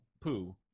poo